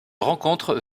rencontre